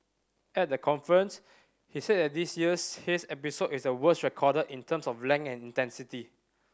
at the conference he said that this year's haze episode is the worst recorded in terms of length and intensity